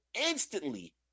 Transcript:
instantly